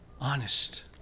honest